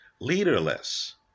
leaderless